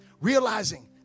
Realizing